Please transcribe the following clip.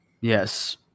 Yes